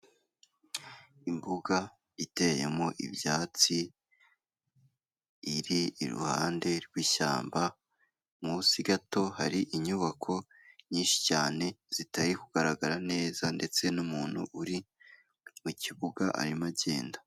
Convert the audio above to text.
Imbuga iteyemo ibyatsi, iri iruhande rw'ishyamba, munsi gato hari inyubako nyinshi cyane zitari kugaragara neza ndetse n'umuntu uri mu kibuga arimo agenda.